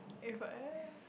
if I e~